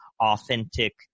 authentic